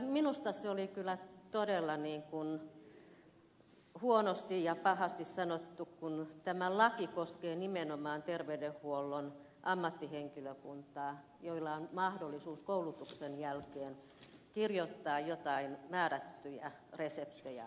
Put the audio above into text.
minusta se oli kyllä todella huonosti ja pahasti sanottu kun tämä laki koskee nimenomaan terveydenhuollon ammattihenkilökuntaa jolla on mahdollisuus koulutuksen jälkeen kirjoittaa joitain määrättyjä reseptejä asiakkaille